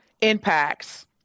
impacts